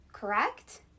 Correct